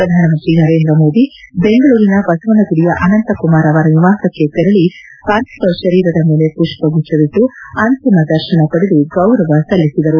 ಪ್ರಧಾನಮಂತ್ರಿ ನರೇಂದ್ರ ಮೋದಿ ಬೆಂಗಳೂರಿನ ಬಸವನಗುಡಿಯ ಅನಂತಕುಮಾರ್ ಅವರ ನಿವಾಸಕ್ತೆ ತೆರಳಿ ಪಾರ್ಥಿವ ಶರೀರದ ಮೇಲೆ ಪುಷ್ಷಗುಚ್ಲವಿಟ್ಟು ಅಂತಿಮ ದರ್ಶನ ಪಡೆದು ಗೌರವ ಸಲ್ಲಿಸಿದರು